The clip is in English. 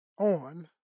on